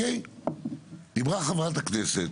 דיברה חברת הכנסת